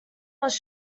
was